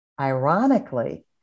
Ironically